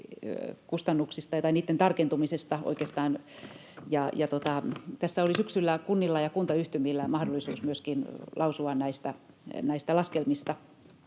kustannuksista, tai niitten tarkentumisesta oikeastaan. Tässä oli syksyllä kunnilla ja kuntayhtymillä mahdollisuus myöskin lausua näistä laskelmista,